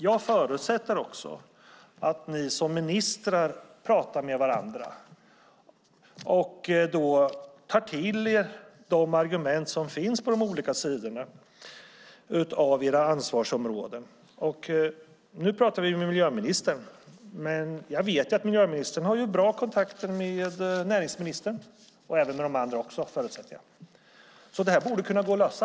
Jag förutsätter också att ni som ministrar pratar med varandra och tar till er de argument som finns på de olika sidorna av era ansvarsområden. Nu pratar vi med miljöministern, men jag vet att miljöministern har bra kontakter med näringsministern och även med de andra, förutsätter jag. Detta borde därför gå att lösa.